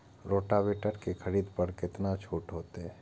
Rotavator के खरीद पर केतना छूट होते?